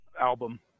album